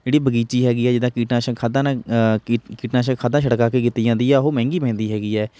ਜਿਹੜੀ ਬਗੀਚੀ ਹੈਗੀ ਆ ਜਿੱਦਾ ਕੀਟਾਸ਼ਨਕ ਖਾਦਾਂ ਨੇ ਕੀ ਕੀਟਨਾਸ਼ਕ ਖਾਦਾਂ ਛੜਕਾਅ ਕੇ ਕੀਤੀ ਜਾਂਦੀ ਆ ਉਹ ਮਹਿੰਗੀ ਪੈਂਦੀ ਹੈਗੀ ਹੈ